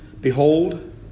Behold